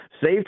save